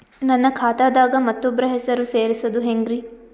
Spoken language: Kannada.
ನನ್ನ ಖಾತಾ ದಾಗ ಮತ್ತೋಬ್ರ ಹೆಸರು ಸೆರಸದು ಹೆಂಗ್ರಿ?